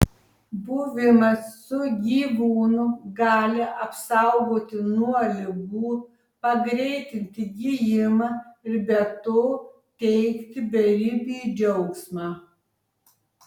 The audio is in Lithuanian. buvimas su gyvūnu gali apsaugoti nuo ligų pagreitinti gijimą ir be to teikti beribį džiaugsmą